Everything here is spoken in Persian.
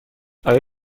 آیا